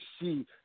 see